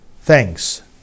Thanks